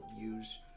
use